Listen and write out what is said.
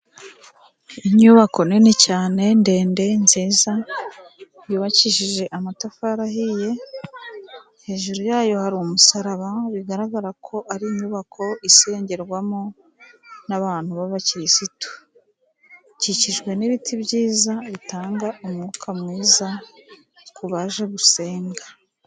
Inyubako nini cyane ndende nziza yubakishije amatafari ahiye, hejuru yayo hari umusaraba bigaragara ko, ar'inyubako isengerwamo n'abantu b'abakirisitu, ikikijwe n'ibiti byiza bitanga umwuka mwiza ku baje gusenga.